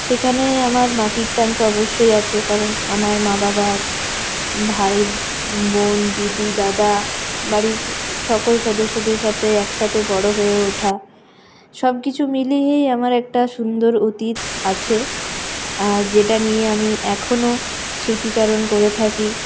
সেখানে আমার মাটির টান তো অবশ্যই আছে কারণ আমার মা বাবার ভাই বোন দিদি দাদা বাড়ির সকল সদস্যদের সাথে একসাথে বড়ো হয়ে ওঠা সবকিছু মিলিয়েই আমার একটা সুন্দর অতীত আছে যেটা নিয়ে আমি এখনও স্মৃতিচারণ করে থাকি